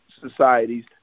societies